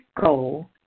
goal